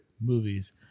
movies